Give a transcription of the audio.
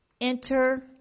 Enter